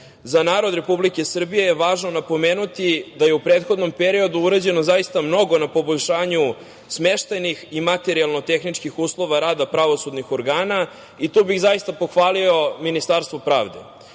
Za Narod Republike Srbije važno je napomenuti da je u prethodnom periodu urađeno zaista mnogo na poboljšanju smeštajnih i materijalno-tehničkih uslova rada pravosudnih organa. Tu bih zaista pohvalio Ministarstvo pravde.